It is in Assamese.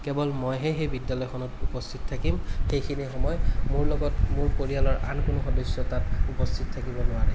কেৱল মইহে সেই বিদ্য়ালয়খনত উপস্থিত থাকিম সেইখিনি সময়ত মোৰ লগত মোৰ পৰিয়ালৰ আন কোনো সদস্য় তাত উপস্থিত থাকিব নোৱাৰে